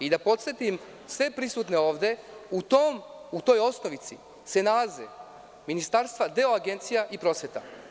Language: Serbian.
Da podsetim sve prisutne ovde, u toj osnovici se nalaze ministarstva, deo agencija i prosveta.